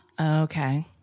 Okay